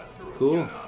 Cool